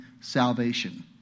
salvation